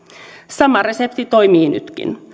sama resepti toimii nytkin